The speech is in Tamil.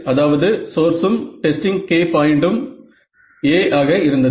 அதாவது சோர்ஸும் டெஸ்டிங் K பாயிண்ட்டும் A ஆக இருந்தது